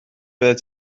byddet